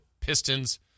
Pistons